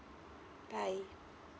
bye